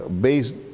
based